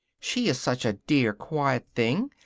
she is such a dear quiet thing,